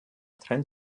trend